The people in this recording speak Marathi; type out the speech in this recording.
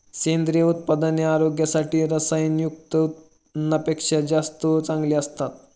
सेंद्रिय उत्पादने आरोग्यासाठी रसायनयुक्त अन्नापेक्षा जास्त चांगली असतात